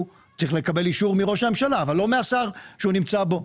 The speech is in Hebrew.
הוא צריך לקבל אישור מראש הממשלה אבל לא מהשר שהוא נמצא בו.